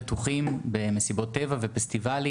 בשטח כדי לסייע לצעירים עצמם ולמשפחות שנמצאות